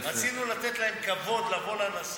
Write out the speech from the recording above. רצינו לתת להם כבוד, לבוא לנשיא,